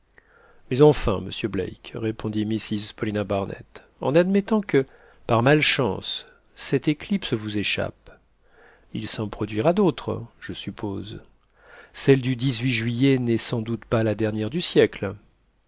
mais enfin monsieur black répondit mrs paulina barnett en admettant que par malchance cette éclipse vous échappe il s'en produira d'autres je suppose celle du juillet n'est sans doute pas la dernière du siècle